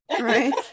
right